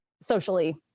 socially